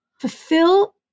fulfill